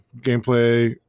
gameplay